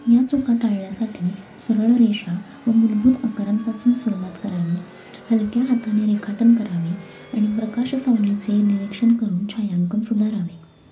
या चुका टाळण्यासाठी सरळ रेषा व मूलभूत आकारांपासून सुरूवात करावी हलक्या हाताने रेखाटन करावे आणि प्रकाश सावलीचे निरीक्षण करून छायांकन सुधारावे